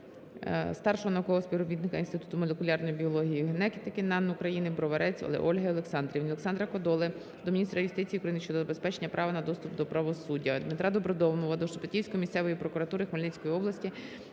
старшого наукового співробітника Інституту молекулярної біології і генетики НАН України Броварець Ольги Олександрівни. Олександра Кодоли до міністра юстиції України щодо забезпечення права на доступ до правосуддя. Дмитра Добродомова до Шепетівської місцевої прокуратури Хмельницької області,